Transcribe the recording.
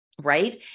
Right